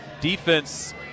defense